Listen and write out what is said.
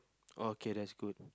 oh okay that's good